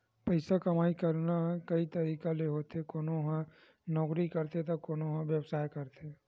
पइसा कमई करना कइ तरिका ले होथे कोनो ह नउकरी करथे त कोनो ह बेवसाय करथे